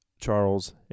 Charles